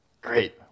Great